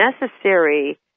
necessary